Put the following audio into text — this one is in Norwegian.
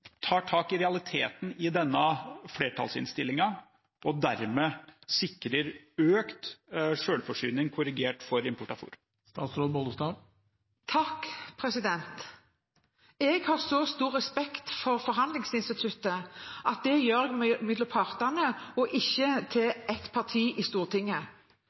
tar tak i realiteten i denne flertallsinnstillingen og dermed sikrer økt selvforsyning korrigert for import av fôr? Jeg har så stor respekt for forhandlingsinstituttet at det tar jeg med partene, ikke med ett parti i Stortinget.